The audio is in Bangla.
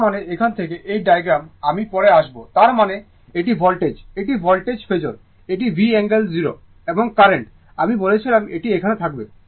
তার মানে এখান থেকে এই ডায়াগ্রাম আমি পরে আসবো তার মানে এটি ভোল্টেজ এটি ভোল্টেজ ফেজোর এটি V অ্যাঙ্গেল 0 এবং কারেন্ট আমি বলেছিলাম এটি এখানে থাকবে